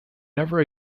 never